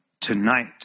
tonight